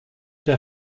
der